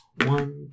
one